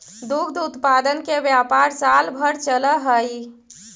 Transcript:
दुग्ध उत्पादन के व्यापार साल भर चलऽ हई